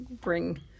bring